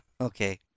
okay